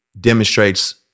demonstrates